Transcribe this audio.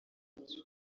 byo